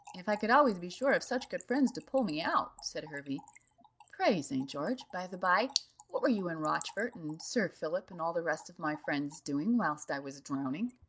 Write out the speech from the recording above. if i could always be sure of such good friends to pull me out, said hervey pray, st. george, by-the-bye, what were you, and rochfort, and sir philip, and all the rest of my friends doing, whilst i was drowning?